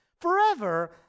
forever